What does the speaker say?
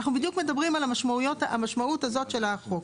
אנחנו בדיוק מדברים על המשמעות הזאת של החוק.